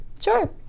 Sure